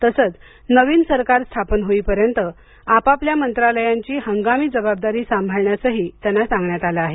तसंच नवीन सरकार स्थापन होईपर्यंत आपापल्या मंत्रालयांची हंगामी जबाबदारी सांभाळण्यासही त्यांना सांगण्यात आलं आहे